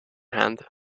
hand